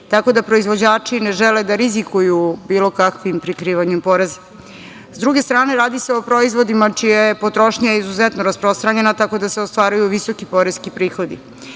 tako da proizvođači ne žele da rizikuju bilo kakvim prikrivanjem poreza.S druge strane, radi se o proizvodima čija je potrošnja izuzetno rasprostranjena, tako da se ostvaruju visoki poreski prihodi.